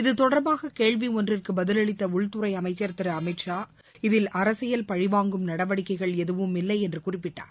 இதுதொடர்பாக கேள்வி ஒன்றிற்கு பதிலளித்த உள்துறை அமைச்சர் திரு அமித் ஷா இதில் அரசியல் பழிவாங்கும் நடவடிக்கைகள் எதுவும் இல்லை என்று குறிப்பிட்டார்